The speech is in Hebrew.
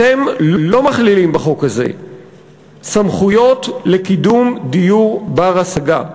אתם לא מכלילים בחוק הזה סמכויות לקידום דיור בר-השגה.